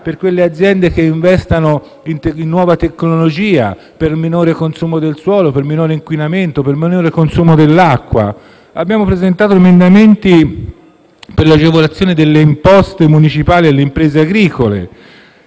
per le aziende che investono in nuova tecnologia, per un minore consumo del suolo, per un minore inquinamento e per un minore consumo dell'acqua. Abbiamo presentato emendamenti per l'agevolazione delle imposte municipali alle imprese agricole,